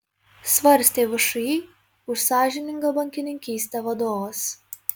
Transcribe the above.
svarstė všį už sąžiningą bankininkystę vadovas